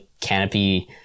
Canopy